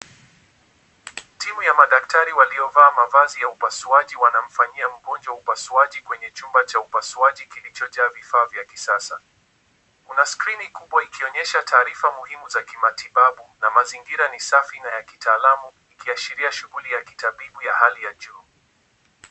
Timu ya madaktari waliovaa mavazi ya upasuaji, wanamfanyia mgonjwa upasuaji kwenye chumba cha upasuaji kilichojaa vifaa vya kisasa. Kuna skrini kubwa ikionyesha taarifa muhimu za kimatibabu na mazingira ni safi na ya kitaalamu ikiashiria shughuli ya kitabibu ya hali ya juu.